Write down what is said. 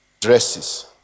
dresses